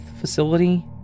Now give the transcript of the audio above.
facility